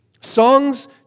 Songs